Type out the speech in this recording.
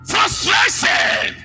Frustration